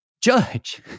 judge